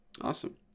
awesome